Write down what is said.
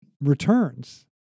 returns